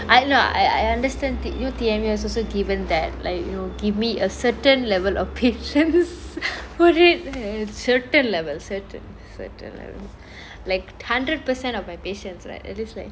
I don't know I I understand U T_M_U has also given that like you know give me a certain level of patience ஒரே :orey certain levels certain certain levels like hundred percent of my patience right I just like